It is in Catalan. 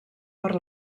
per